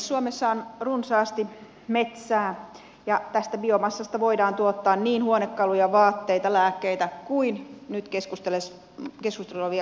suomessa on runsaasti metsää ja tästä biomassasta voidaan tuottaa niin huonekaluja vaatteita lääkkeitä kuin nyt keskusteltavia biopolttoaineita